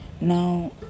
now